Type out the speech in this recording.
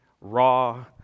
raw